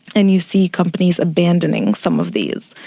and you see companies abandoning some of these.